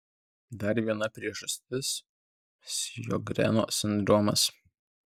dar viena priežastis sjogreno sindromas